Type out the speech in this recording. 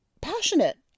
passionate